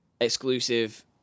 exclusive